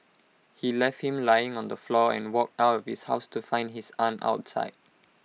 he left him lying on the floor and walked out of his house to find his aunt outside